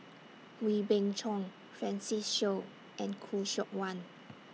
Wee Beng Chong Francis Seow and Khoo Seok Wan